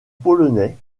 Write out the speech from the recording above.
polonais